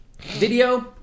Video